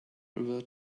were